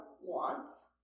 wants